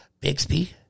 Bixby